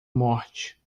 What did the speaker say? morte